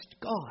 God